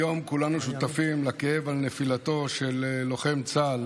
היום כולנו שותפים לכאב על נפילתו של לוחם צה"ל